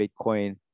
Bitcoin